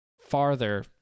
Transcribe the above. farther